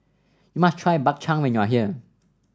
you must try Bak Chang when you are here